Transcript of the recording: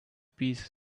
piece